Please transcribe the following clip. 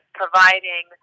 providing